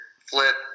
flip